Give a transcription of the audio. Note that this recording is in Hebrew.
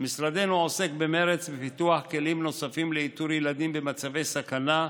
משרדנו עוסק במרץ בפיתוח כלים נוספים לאיתור ילדים במצבי סכנה,